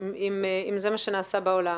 אם זה מה שנעשה בעולם.